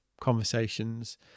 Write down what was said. conversations